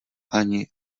ani